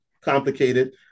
complicated